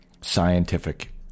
scientific